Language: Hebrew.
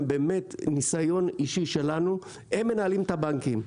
מניסיון אישי שלנו מנהלים את הבנקים.